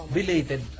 Related